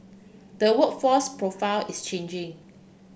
the workforce profile is changing